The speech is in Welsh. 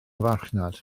farchnad